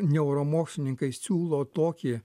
neuromokslininkai siūlo tokį